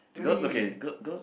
really